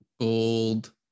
gold